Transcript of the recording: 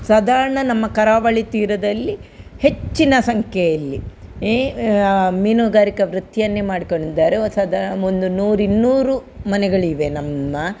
ಸಾಧಾರ್ಣ ನಮ್ಮ ಕರಾವಳಿ ತೀರದಲ್ಲಿ ಹೆಚ್ಚಿನ ಸಂಖ್ಯೆಯಲ್ಲಿ ಮೀನುಗಾರಿಕಾ ವೃತ್ತಿಯನ್ನೇ ಮಾಡ್ಕೊಂಡಿದ್ದಾರೆ ಒಂದು ಸದಾ ಒಂದು ನೂರಿನ್ನೂರು ಮನೆಗಳಿವೆ ನಮ್ಮ